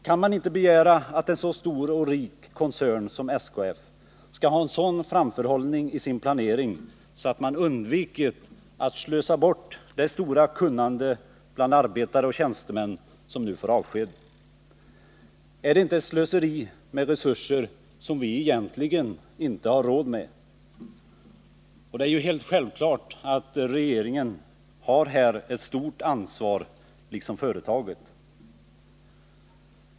Kan man inte begära att en så stor och rik koncern som SKF skall ha en sådan framförhållning i sin planering att man undviker att slösa bort det stora kunnandet bland arbetare och tjänstemän som nu får avsked? Är det inte ett slöseri med resurser som vi egentligen inte har råd med? Det är alldeles självklart att regeringen liksom företaget har ett stort ansvar.